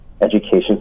education